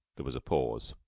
there was a pause.